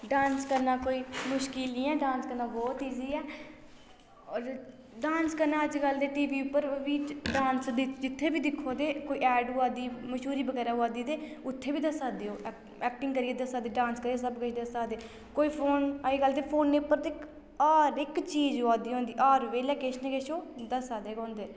dance करना कोई मुश्कल नेईं ऐ डांस करना बोह्त ईजी ऐ होर डांस करना अज्जकल ते टी वी उप्पर बी डांस जित्थे बी दिक्खो ते कोई ऐड अवा दी कोई मश्हूरी बगैरा अवा दी ते उत्थें बी दस्सा दे ओह् ऐक ऐक्टिंग करियै दस्सै दे डांस बगैरा करियै सब दस्सै दे कोई फोन अज्जकल ते फोनै उप्पर ते हर एक्क चीज़ अवा दी होंदी हर बेल्लै केछ न केछ दस्सा दे गै होंदे